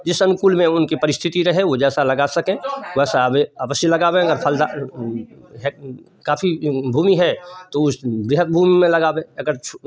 जिस अनुकूल में उनकी परिस्थिति रहे वो जैसा लग सकें बस अवश्य लगावें अगर फलदा है काफ़ी भूमि है तो उस बृहद भूमि में लगावे अगर छू